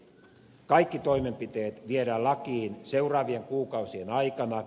kaikki toimenpiteet viedään lakiin seuraavien kuukausien aikana